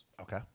Okay